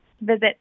Visit